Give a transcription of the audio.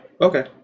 Okay